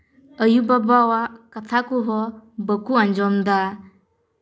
ᱟᱭᱩᱼᱵᱟᱵᱟᱣᱟᱜ ᱠᱟᱛᱷᱟ ᱠᱚᱦᱚᱸ ᱵᱟᱠᱚ ᱟᱸᱡᱚᱢᱫᱟ